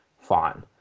fine